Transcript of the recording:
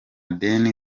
deni